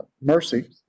mercy